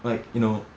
like you know